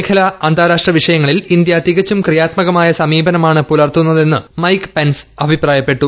മേഖലാ അന്താരാഷ്ട്ര വിഷയങ്ങളിൽ ഇന്ത്യ തികച്ചും ക്രിയാത്മകമായ സമീപനമാണ് പുലർത്തുന്നതെന്ന് മൈക്ക് പെൻസ് അഭിപ്രായപ്പെട്ടു